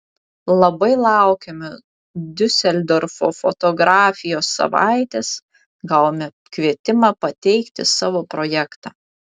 labai laukiame diuseldorfo fotografijos savaitės gavome kvietimą pateikti savo projektą